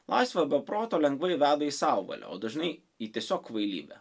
laisvė be proto lengvai veda į sauvalią o dažnai į tiesiog kvailybę